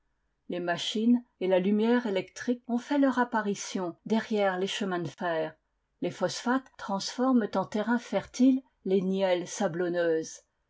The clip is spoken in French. les machines et la lumière électrique ont fait leur apparition derrière les chemins de fer les phosphates transforment en terrains fertiles les nielles sablonneuses